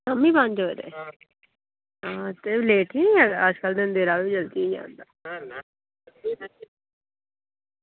साढ़े पंज बजे कोई लेट निं मेरा होई जाह्ग